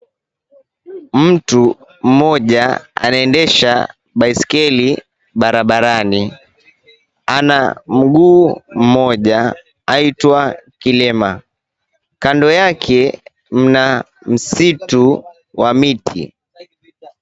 Mtu mmoja mwenye ulemavu wa mguu mmoja anaendesha baiskeli barabarani, kando yake muna msitu wa miti .